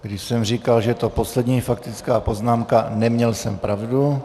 Když jsem říkal, že je to poslední faktická poznámka, neměl jsem pravdu.